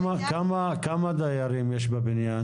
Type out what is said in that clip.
כמה דיירים יש בבניין?